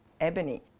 ebony